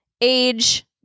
age